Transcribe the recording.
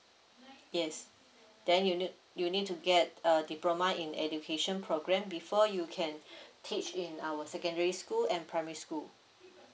yes then you need you need to get a diploma in education program before you can teach in our secondary school and primary school